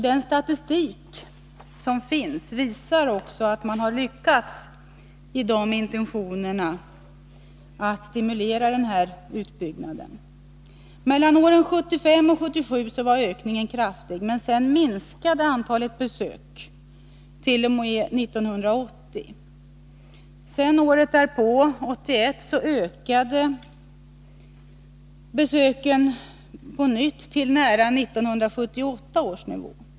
Den statistik som finns visar att man också lyckats i intentionerna att stimulera denna utbyggnad. Mellan åren 1975 och 1977 var ökningen kraftig. Sedan minskade antalet besök t.o.m. 1980. Året därpå, 1981, ökade antalet besök på nytt till nära 1978 års nivå.